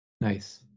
Nice